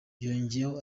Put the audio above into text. yongeyeho